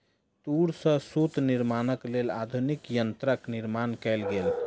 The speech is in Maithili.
तूर सॅ सूत निर्माणक लेल आधुनिक यंत्रक निर्माण कयल गेल